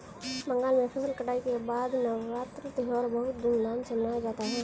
बंगाल में फसल कटाई के बाद नवान्न त्यौहार बहुत धूमधाम से मनाया जाता है